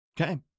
okay